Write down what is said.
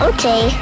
Okay